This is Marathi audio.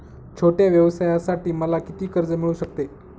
छोट्या व्यवसायासाठी मला किती कर्ज मिळू शकते?